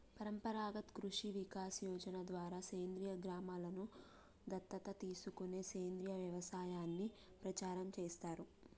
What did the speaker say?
పరంపరాగత్ కృషి వికాస్ యోజన ద్వారా సేంద్రీయ గ్రామలను దత్తత తీసుకొని సేంద్రీయ వ్యవసాయాన్ని ప్రచారం చేస్తారు